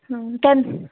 केन्ना